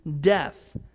death